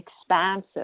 expansive